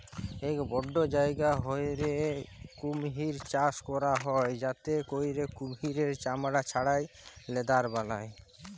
ইক বড় জায়গা ক্যইরে কুমহির চাষ ক্যরা হ্যয় যাতে ক্যইরে কুমহিরের চামড়া ছাড়াঁয় লেদার বালায়